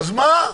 אז מה.